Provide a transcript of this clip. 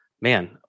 man